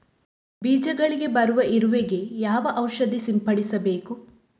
ಬೀಜಗಳಿಗೆ ಬರುವ ಇರುವೆ ಗೆ ಯಾವ ಔಷಧ ಸಿಂಪಡಿಸಬೇಕು?